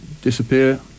disappear